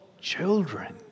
Children